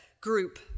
group